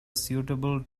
suitable